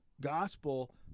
gospel